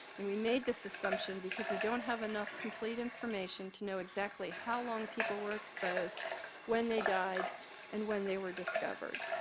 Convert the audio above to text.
and we made this assumption because we don't have enough complete information to know exactly how long people were exposed when they died and when they were discovered.